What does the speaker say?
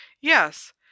Yes